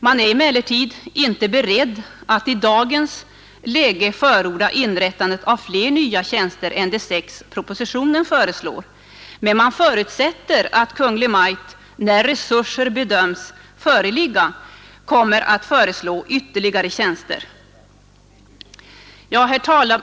Man är emellertid inte beredd att i dagens läge förorda inrättande av fler nya tjänster än de sex propositionen föreslår, men utskottet förutsätter att Kungl. Maj:t, när resurser bedöms föreligga, kommer att föreslå ytterligare tjänster. Herr talman!